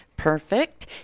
perfect